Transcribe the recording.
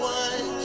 one